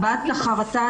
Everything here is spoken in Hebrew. בהבעת חרטה